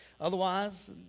Otherwise